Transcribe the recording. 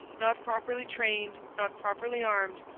not properly trained, not properly armed,